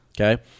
Okay